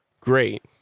great